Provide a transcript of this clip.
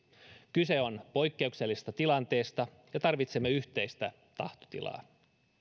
kyse on poikkeuksellisesta tilanteesta ja tarvitsemme yhteistä tahtotilaa